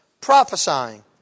prophesying